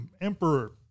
Emperor